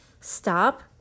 stop